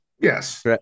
Yes